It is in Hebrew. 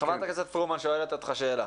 חברת הכנסת פרומן שואלת אותך שאלה.